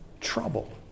trouble